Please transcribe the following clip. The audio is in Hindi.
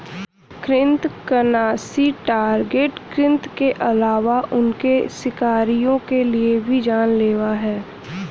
कृन्तकनाशी टारगेट कृतंक के अलावा उनके शिकारियों के लिए भी जान लेवा हैं